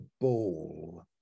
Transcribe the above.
ball